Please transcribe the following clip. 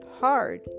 hard